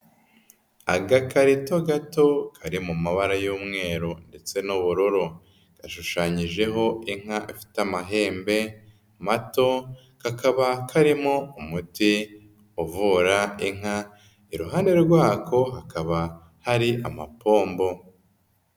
Agakarito gato kari mu mabara y'umweru ndetse n'ubururu. Gashushanyijeho inka ifite amahembe mato kakaba karimo umuti uvura inka, iruhande rwako hakaba hari amapombo.